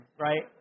Right